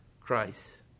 Christ